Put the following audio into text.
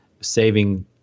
saving